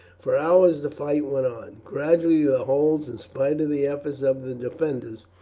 for hours the fight went on. gradually the holes, in spite of the efforts of the defenders,